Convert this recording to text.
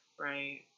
right